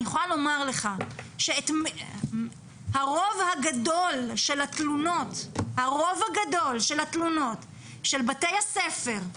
אני יכולה לומר לך שהרוב הגדול של התלונות של בתי הספר,